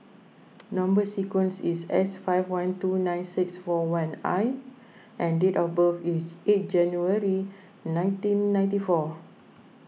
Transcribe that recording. Number Sequence is S five one two nine six four one I and date of birth is eight January nineteen ninety four